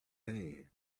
hand